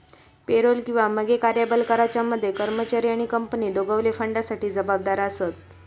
payroll किंवा मगे कर्यबल कराच्या मध्ये कर्मचारी आणि कंपनी दोघवले फंडासाठी जबाबदार आसत